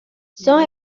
son